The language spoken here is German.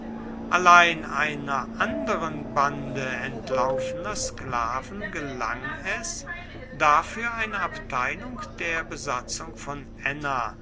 allein einer anderen bande entlaufener sklaven gelang es dafür eine abteilung der besatzung von enna